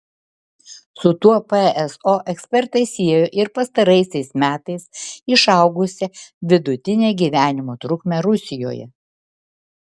su tuo pso ekspertai siejo ir pastaraisiais metais išaugusią vidutinę gyvenimo trukmę rusijoje